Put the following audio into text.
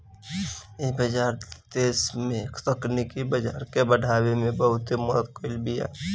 इ बाजार देस में तकनीकी बाजार के बढ़ावे में बहुते मदद कईले बिया